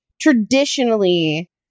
traditionally